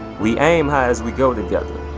we aim high as we go together,